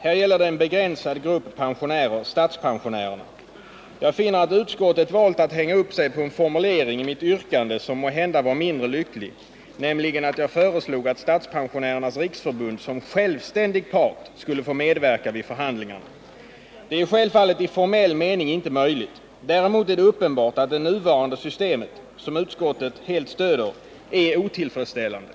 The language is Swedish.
Här gäller det en begränsad grupp pensionärer, statspensionärerna. Jag finner att utskottet valt att hänga upp sig på en formulering i mitt yrkande som måhända var mindre lyckad. Jag föreslog nämligen att Statspensionärernas riksförbund som ”självständig part” skulle få medverka vid förhandlingarna. Det är självfallet i formull mening inte möjligt. Däremot är det uppenbart att det nuvarande systemet — som utskottet helt stöder —-är otillfredsställande.